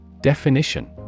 Definition